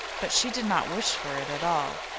but she did not wish for it at all.